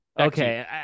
Okay